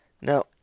Now